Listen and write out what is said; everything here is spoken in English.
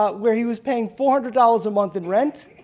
ah where he was paying four hundred dollars a month in rent.